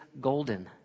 golden